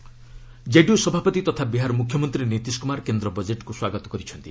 Nitish budget JDU ସଭାପତି ତଥା ବିହାର ମୁଖ୍ୟମନ୍ତ୍ରୀ ନୀତିଶ କୁମାର କେନ୍ଦ୍ର ବଜେଟ୍କୁ ସ୍ୱାଗତ କରିଛନ୍ତି